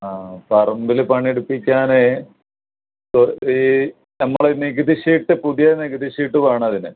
ആ പറമ്പിൽ പണിയെടുപ്പിക്കാൻ ഈ നമ്മുടെ നികുതി ശീട്ട് പുതിയ നികുതി ശീട്ട് വേണം അതിന്